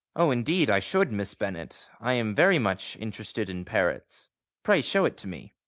oh, indeed, i should, miss bennet i am very much interested in parrots pray show it to me.